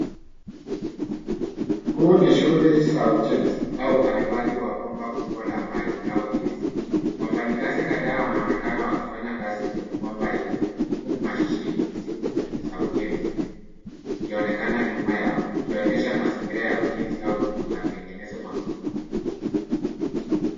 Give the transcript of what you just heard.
Huu ni shughuli za ujenzi au ukarabati wa bomba kubwa la maji au gesi. wafanyi kazi kadhaa wanaonekana wakifanya kazi kwenye bomba hilo. Huku mashine nzito za ujenzi zikionekana nyuma yao. zikionyesha mazingira ya ujenzi ya matengenezo makubwa.